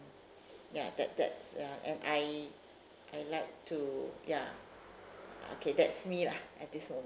ya that that's ya and I I like to ya okay that's me lah at this moment